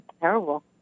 terrible